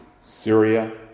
Syria